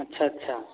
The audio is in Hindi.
अच्छा अच्छा